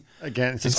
Again